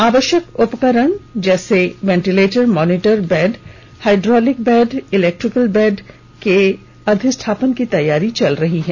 आवश्यक उपकरण यथा ventilator monitor bed hydraulic bed electrical bed इत्यादि के अधिष्ठापन की तैयारी चल रही है